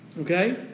Okay